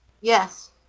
Yes